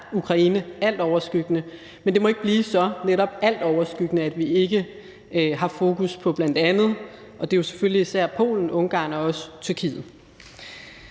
Ukraine er altoverskyggende, men det må ikke blive så altoverskyggende, at vi ikke har fokus på bl.a. især Polen, Ungarn og også Tyrkiet.